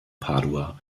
padua